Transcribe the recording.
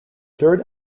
third